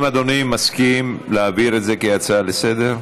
האם אדוני מסכים להעביר את זה כהצעה לסדר-היום?